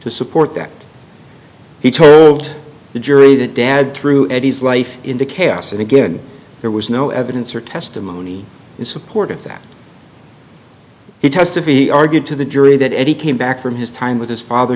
to support that he told the jury that dad threw eddie's life into chaos and again there was no evidence or testimony in support of that he tends to be argued to the jury that any came back from his time with his father